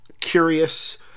curious